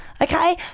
Okay